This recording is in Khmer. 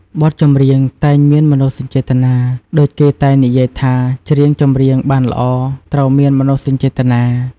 បទចម្រៀងតែងមានមនោសញ្ចេតនា ដូចគេតែងនិយាយថាច្រៀងចម្រៀងបានល្អត្រូវមានមនោសញ្ចេតនា។